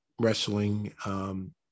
wrestling